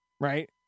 right